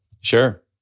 Sure